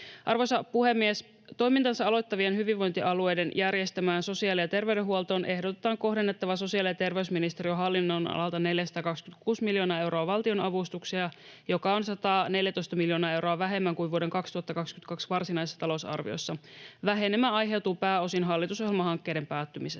Arvoisa puhemies! Toimintansa aloittavien hyvinvointialueiden järjestämään sosiaali- ja terveydenhuoltoon ehdotetaan kohdennettavan sosiaali- ja terveysministeriön hallin-nonalalta 426 miljoonaa euroa valtionavustuksia, mikä on 114 miljoonaa euroa vähemmän kuin vuoden 2022 varsinaisessa talousarviossa. Vähenemä aiheutuu pääosin hallitusohjelmahankkeiden päättymisestä.